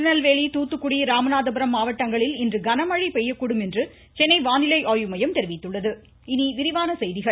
திருநெல்வேலி தூத்துக்குடி ராமநாதபுரம் மாவட்டங்களில் இன்று கன மழை பெய்யக்கூடும் என்று சென்னை வானிலை ஆய்வு மையம் தெரிவித்துள்ளது இனி விரிவான செய்திகள்